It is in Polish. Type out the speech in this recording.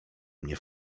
mnie